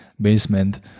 basement